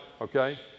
okay